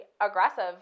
aggressive